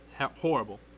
Horrible